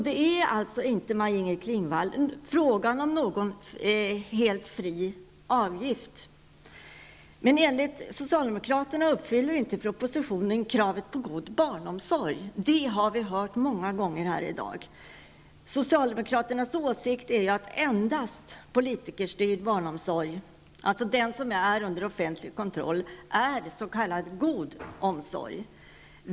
Det är alltså inte, Maj-Inger Klingvall, fråga om någon helt fri avgiftssättning. Enligt socialdemokraterna uppfyller inte propositionen kravet på god barnomsorg. Det har vi hört många gånger här i dag. Socialdemokraternas åsikt är ju att endast politikerstyrd barnomsorg, alltså den som är under offentlig kontroll, är s.k. god barnomsorg.